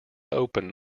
open